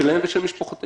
שלהם ושל משפחותיהם.